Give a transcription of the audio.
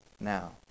Now